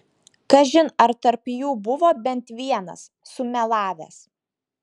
kažin ar tarp jų buvo bent vienas sumelavęs